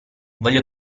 voglio